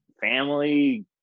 family